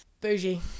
Bougie